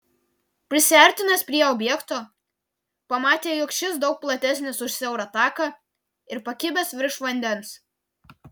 prisiartinęs prie objekto pamatė jog šis daug platesnis už siaurą taką ir pakibęs virš vandens